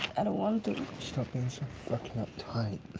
and want to. stop being so fucking uptight.